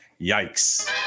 Yikes